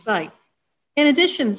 site in addition